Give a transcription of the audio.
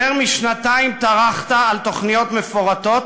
יותר משנתיים טרחת על תוכניות מפורטות